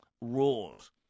Rules